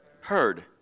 heard